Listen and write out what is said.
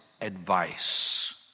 advice